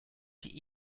die